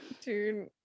dude